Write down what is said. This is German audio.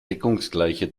deckungsgleiche